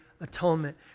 atonement